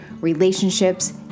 relationships